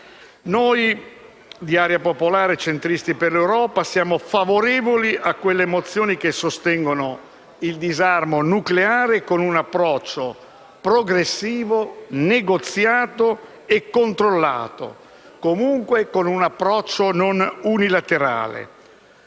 Noi di Area popolare-Centristi per l'Europa siamo favorevoli a quelle mozioni che sostengono il disarmo nucleare con un approccio progressivo, negoziato e controllato; in ogni caso, con un approccio non unilaterale.